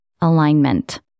alignment